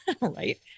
right